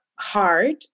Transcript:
hard